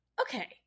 okay